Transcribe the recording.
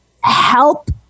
help